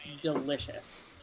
delicious